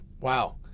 Wow